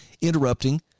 interrupting